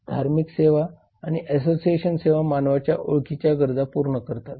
धार्मिक सेवा आणि असोसिएशन सेवा मानवाच्या ओळखीच्या गरजा पूर्ण करतात